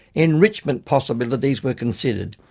enrichment possibilities were considered.